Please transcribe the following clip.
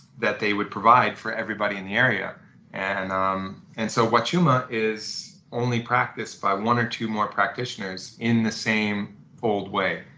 that they would provide for everybody in the area and um and so huachuma is only practiced by one or two more practitioners in the same old way,